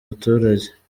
baturage